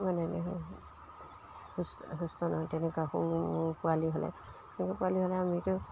মানে সুস্থ সুস্থ নহয় তেনেকুৱা সৰু পোৱালি হ'লে তেনেকুৱা পোৱালি হ'লে আমিতো